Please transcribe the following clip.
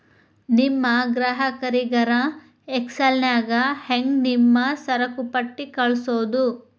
ನಿಮ್ ಗ್ರಾಹಕರಿಗರ ಎಕ್ಸೆಲ್ ನ್ಯಾಗ ಹೆಂಗ್ ನಿಮ್ಮ ಸರಕುಪಟ್ಟಿ ಕಳ್ಸೋದು?